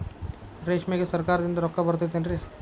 ರೇಷ್ಮೆಗೆ ಸರಕಾರದಿಂದ ರೊಕ್ಕ ಬರತೈತೇನ್ರಿ?